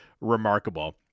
remarkable